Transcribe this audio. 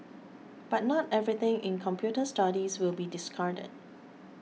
but not everything in computer studies will be discarded